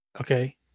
Okay